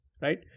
Right